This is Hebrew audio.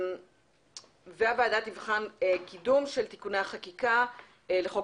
הוועדה תבחן קידום של תיקוני החקיקה לחוק